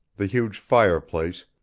the huge fireplace,